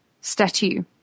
statue